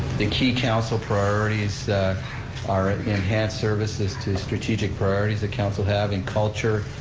the key council priorities are enhanced services to strategic priorities the council have in culture,